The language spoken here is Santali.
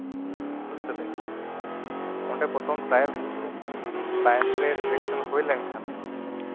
ᱵᱩᱡᱽ ᱫᱟᱵᱮᱱ ᱚᱸᱰᱮ ᱯᱨᱚᱛᱷᱚᱢ ᱴᱨᱟᱭᱮᱞ ᱦᱩᱭᱩᱜᱼᱟ ᱴᱨᱟᱭᱮᱞᱨᱮ ᱥᱤᱞᱮᱠᱥᱚᱱ ᱦᱩᱭ ᱞᱮᱱᱠᱷᱟᱱ